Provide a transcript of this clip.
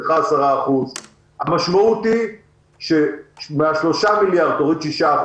לך 10%. המשמעות היא שמ-3 מיליארד תוריד 6%,